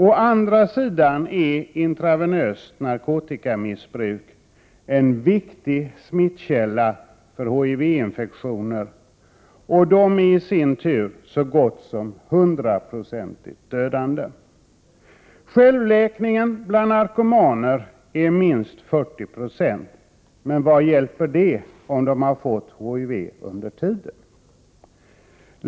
Å andra sidan är intravenöst narkotikamissbruk en viktig smittkälla för HIV-infektioner, och de är i sin tur så gott som hundraprocentigt dödande. Självläkningen bland narkomaner är minst 40 90, men vad hjälper det om de har fått HIV under tiden?